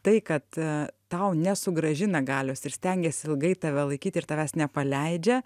tai kad tau nesugrąžina galios ir stengiasi ilgai tave laikyti ir tavęs nepaleidžia